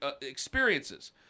experiences